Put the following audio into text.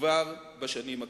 כבר בשנים הקרובות.